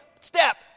step